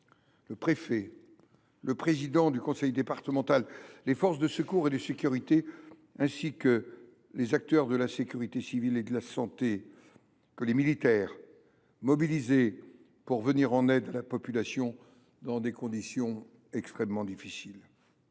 le préfet, le président du conseil départemental, les forces de secours et de sécurité et les acteurs de la sécurité civile et de la santé, ainsi que les militaires, tous mobilisés pour venir en aide à la population dans des conditions extrêmement difficiles.